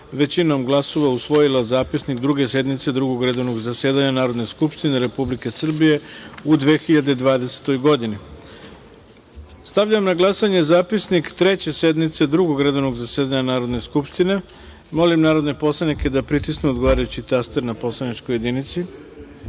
većinom glasova, usvojila Zapisnik Druge sednice Drugog redovnog zasedanja Narodne skupštine Republike Srbije u 2020. godini. Stavljam na glasanje Zapisnik Treće sednice Drugog redovnog zasedanja Narodne skupštine Republike Srbije. Molim narodne poslanike da pritisnu odgovarajući taster na poslaničkoj